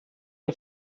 wir